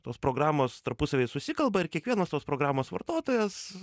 tos programos tarpusavyje susikalba ir kiekvienas tos programos vartotojas